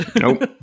Nope